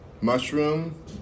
mushroom